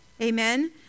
Amen